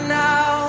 now